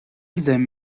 them